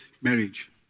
marriage